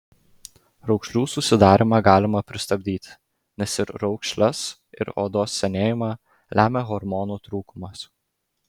raukšlių susidarymą galima pristabdyti nes ir raukšles ir odos senėjimą lemia hormonų trūkumas